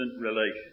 relations